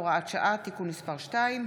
הוראת שעה) (תיקון מס' 2),